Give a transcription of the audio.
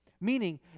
meaning